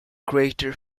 crater